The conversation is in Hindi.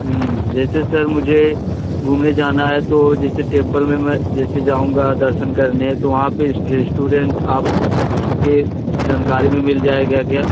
जैसे सर मुझे घूमने जाना है तो जैसे टेम्पल में मैं जैसे जाऊँगा दर्शन करने तो वहाँ पर रेस्टोरेन्ट आपकी जानकारी में मिल जाएगा क्या